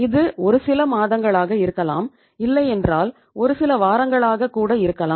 இது ஒரு சில மாதங்களாக இருக்கலாம் இல்லை என்றால் ஒரு சில வாரங்களுக்காக கூட இருக்கலாம்